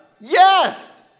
Yes